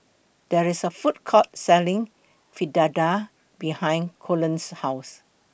There IS A Food Court Selling Fritada behind Colten's House